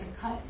cut